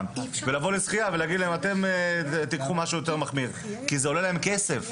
ולבוא לשחייה ולהגיד להם שייקחו משהו יותר מחמיר כי זה עולה להם כסף.